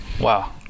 Wow